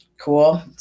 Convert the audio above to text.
Cool